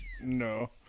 no